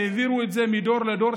והעבירו את זה מדור לדור,